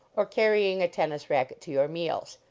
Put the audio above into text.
or carrying a tennis racket to your meals.